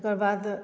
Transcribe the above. ओकरबाद